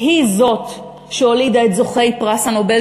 היא זאת שהולידה את זוכי פרס נובל,